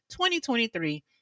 2023